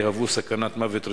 יהוו סכנת מוות רצינית,